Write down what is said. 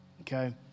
Okay